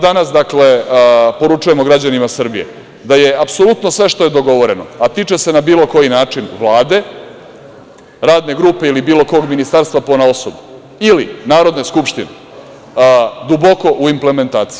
Danas, dakle, poručujemo građanima Srbije da je apsolutno sve što je dogovoreno, a tiče se na bilo koji način Vlade, radne grupe ili bilo kog ministarstva ponaosob ili Narodne skupštine duboko u implementaciji.